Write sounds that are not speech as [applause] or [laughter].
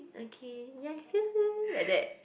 okay ya [noise] like that